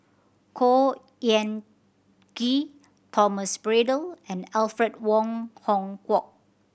Khor Ean Ghee Thomas Braddell and Alfred Wong Hong Kwok